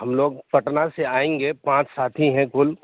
ہم لوگ پٹنہ سے آئیں گے پانچ ساتھی ہیں کل